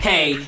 Hey